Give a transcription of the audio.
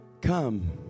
Come